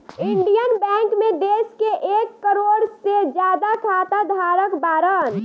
Indian Bank मे देश के एक करोड़ से ज्यादा खाता धारक बाड़न